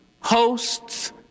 hosts